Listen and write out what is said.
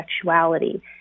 sexuality